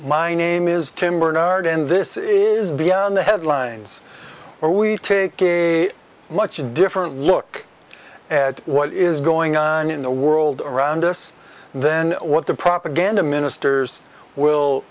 my name is tim bernard and this is beyond the headlines are we taking a much different look at what is going on in the world around us then what the propaganda ministers will